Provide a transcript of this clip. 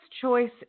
choice